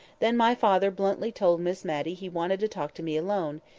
then my father bluntly told miss matty he wanted to talk to me alone,